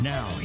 Now